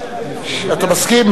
אתה מסכים?